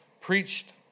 preached